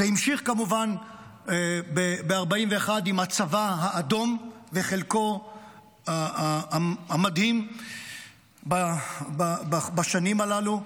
וזה המשיך כמובן ב-1941 עם הצבא האדום וחלקו המדהים בשנים הללו.